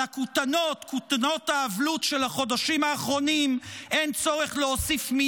על כותנות האבלות של החודשים האחרונים אין צורך להוסיף מילה,